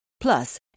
Plus